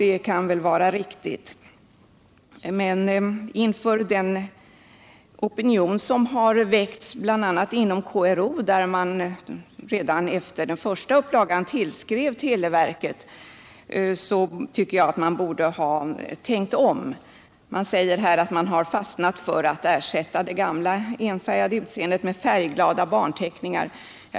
Det kan väl vara riktigt, men inför den opinion som väckts bl.a. inom KRO — redan efter den första upplagan tillskrev KRO televerket — borde man ha tänkt om. Det sägs i svaret att man fastnat för att ersätta det gamla enfärgade utseendet på telefonkatalogens omslag med färgglada barnteckningar.